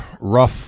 rough